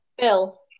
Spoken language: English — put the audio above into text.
Bill